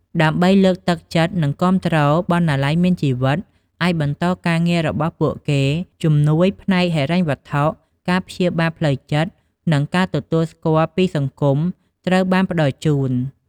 ដើម្បីលើកទឹកចិត្ត និងគាំទ្រ "បណ្ណាល័យមានជីវិត" ឱ្យបន្តការងាររបស់ពួកគេ ជំនួយផ្នែកហិរញ្ញវត្ថុ ការព្យាបាលផ្លូវចិត្ត និងការទទួលស្គាល់ពីសង្គមត្រូវបានផ្តល់ជូន។